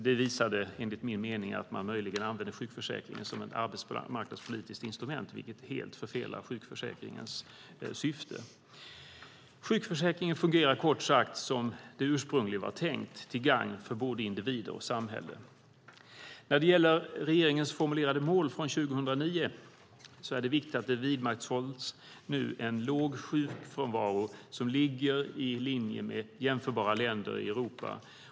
Det visar enligt min mening att man möjligen använde sjukförsäkringen som ett arbetsmarknadspolitiskt instrument, vilket helt förfelar sjukförsäkringens syfte. Sjukförsäkringen fungerar kort sagt som den ursprungligen var tänkt, till gagn för både individer och samhälle. Det är viktigt att regeringens formulerade mål från 2009 nu vidmakthålls med en låg sjukfrånvaro som ligger i linje med jämförbara länder i Europa.